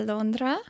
Londra